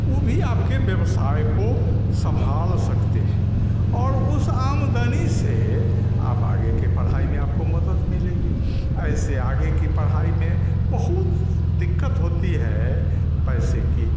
उ भी आपके वयवसाय कों संभाल सकते हैं और उस आमदनी से आप आगे की पढ़ाई में आपको मदद मिलेगी ऐसे आगे की पढ़ाई में बहुत दिक्कत होती है पैसे की